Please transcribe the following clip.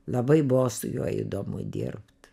labai buvo su juo įdomu dirbt